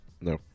No